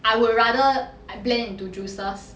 I would rather I blend into juices